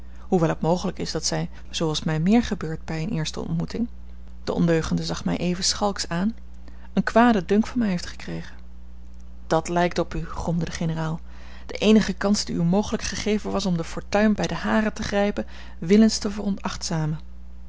hoewel het mogelijk is dat zij zooals t mij meer gebeurt bij eene eerste ontmoeting de ondeugende zag mij even schalks aan een kwaden dunk van mij heeft gekregen dat lijkt op u gromde de generaal de eenige kans die u mogelijk gegeven was om de fortuin bij de haren te grijpen willens te veronachtzamen